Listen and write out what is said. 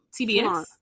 TBS